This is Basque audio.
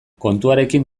kontuarekin